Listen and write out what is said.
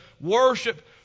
worship